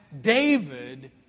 David